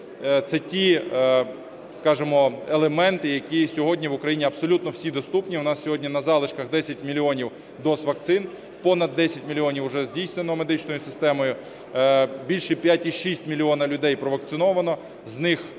Це ті елементи, які сьогодні в Україні абсолютно всі доступні, у нас сьогодні на залишках 10 мільйонів доз вакцин. Понад 10 мільйонів вже здійснено медичною системою, більше 5,6 мільйона людей провакциновано, з них 4,6